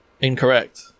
Incorrect